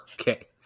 okay